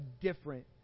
different